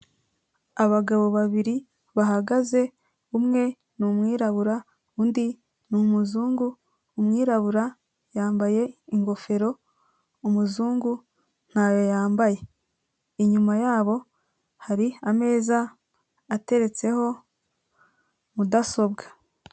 Abagabo babiri bahagaze umwe ni umwirabura, undi ni umuzungu, umwirabura yambaye ingofero, umuzungu ntayo yambaye. Inyuma yabo hari ameza ateretseho mudasobwa.